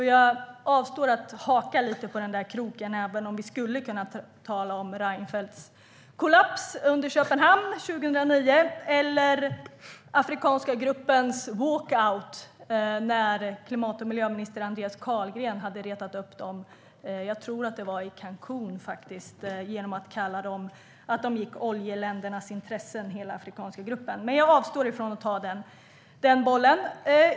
Jag avstår därför från att haka på kroken - även om vi skulle kunna tala om Reinfeldts kollaps i Köpenhamn 2009 eller den afrikanska gruppens walkout när klimat och miljöminister Andreas Carlgren retade upp dem genom att säga att de gick oljeländernas ärenden. Men jag avstår som sagt från att ta den bollen.